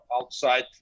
outside